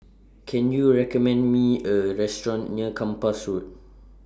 Can YOU recommend Me A Restaurant near Kempas Road